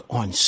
on